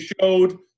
showed